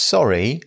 Sorry